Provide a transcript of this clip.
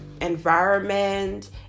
environment